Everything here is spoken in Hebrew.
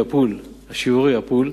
"הפול",